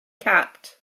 capped